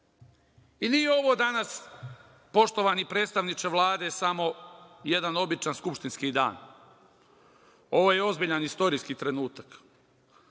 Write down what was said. ovo danas, poštovani predstavniče Vlade samo jedan običan skupštinski dan. Ovo je ozbiljan istorijski trenutak.